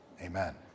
Amen